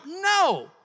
No